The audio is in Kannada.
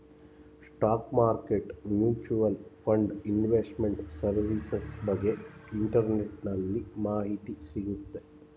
stock market mutual fund investment service ಬಗ್ಗೆ ಇಂಟರ್ನೆಟ್ಟಲ್ಲಿ ಮಾಹಿತಿ ಸಿಗುತ್ತೆ